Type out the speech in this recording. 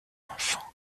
enfant